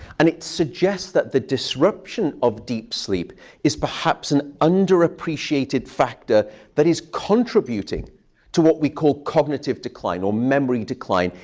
and it suggests that the disruption of deep sleep is perhaps an underappreciated factor that is contributing to what we call cognitive decline, or memory decline,